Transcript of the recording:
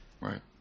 Right